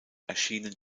erschienen